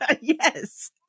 yes